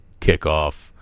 kickoff